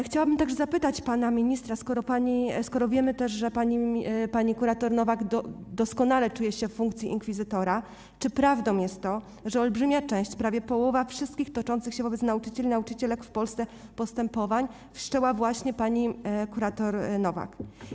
Chciałabym także zapytać pana ministra, skoro wiemy też, że pani kurator Nowak doskonale czuje się w funkcji inkwizytora, czy prawdą jest to, że olbrzymią część, prawie połowę, wszystkich toczących się wobec nauczycieli i nauczycielek w Polsce postępowań wszczęła właśnie pani kurator Nowak.